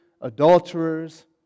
adulterers